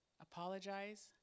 apologize